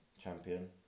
champion